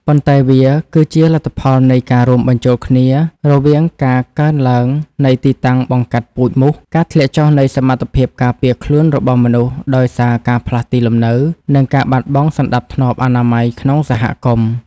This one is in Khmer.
ប៉ុន្តែវាគឺជាលទ្ធផលនៃការរួមបញ្ចូលគ្នារវាងការកើនឡើងនៃទីតាំងបង្កាត់ពូជមូស ការធ្លាក់ចុះនៃសមត្ថភាពការពារខ្លួនរបស់មនុស្សដោយសារការផ្លាស់ទីលំនៅ និងការបាត់បង់សណ្តាប់ធ្នាប់អនាម័យក្នុងសហគមន៍។